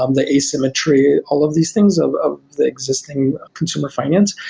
um the asymmetry, all of these things of of the existing consumer finance.